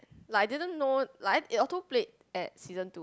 like I didn't know like auto plate at season two